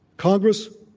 congress,